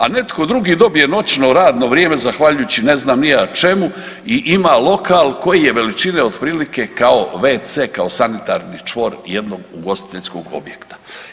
A netko drugi dobije noćno radno vrijeme zahvaljujući ne znam ni ja čemu i ima lokal koji je veličine otprilike kao wc kao sanitarni čvor jednog ugostiteljskog objekta.